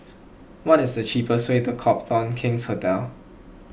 what is the cheapest way to Copthorne King's Hotel